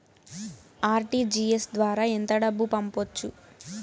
RTGS ద్వారా ఎంత డబ్బు పంపొచ్చు?